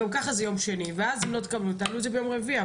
יום שני ואם זה לא יסתדר תעלו את זה ביום רביעי.